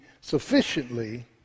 sufficiently